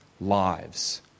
lives